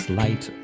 light